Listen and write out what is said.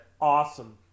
awesome